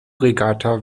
regatta